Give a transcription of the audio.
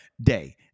day